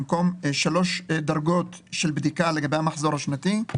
במקום 3 דרגות של בדיקה לגבי המחזור השנתי,